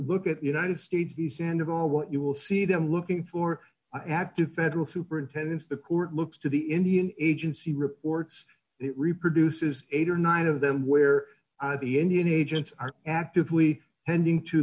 look at united states these and of all what you will see them looking for i have two federal superintendents the court looks to the indian agency reports it reproduces eight or nine of them where the indian agents are actively tending to